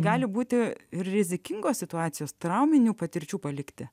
gali būti rizikingos situacijos trauminių patirčių palikti